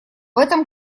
этом